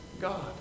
God